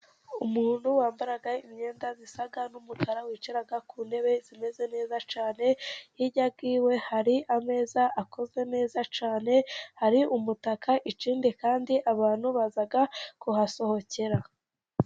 Umuntu wambaraga imyenda zisaga n'umukara wicaraga ku ntebe imeze neza cane, hirya y'iwe hari ameza akozwe neza cane hari umutaka ikindi kandi abantu bazaga kuhasohokera.